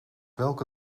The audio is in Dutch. welke